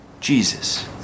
Jesus